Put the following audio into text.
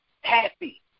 happy